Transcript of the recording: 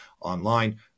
online